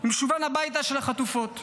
עם שובן הביתה של החטופות,